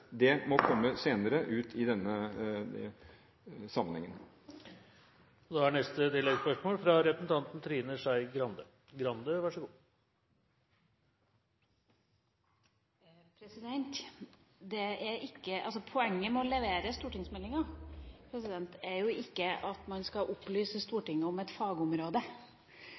må komme senere. Trine Skei Grande – til oppfølgingsspørsmål. Poenget med å levere denne stortingsmeldinga er jo ikke at man skal opplyse Stortinget om et fagområde, poenget er at man skal få vedtatt ny politikk. Men det virker som om denne regjeringa tror at